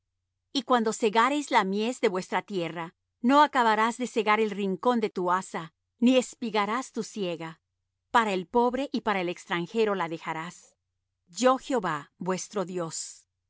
pueblos cuando segareis la mies de vuestra tierra no acabarás de segar el rincón de tu haza ni espigarás tu tierra segada y no rebuscarás tu viña ni recogerás los granos caídos de tu viña para el pobre y para el extranjero los dejarás yo jehová vuestro dios no